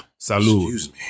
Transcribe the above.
Salud